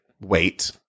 wait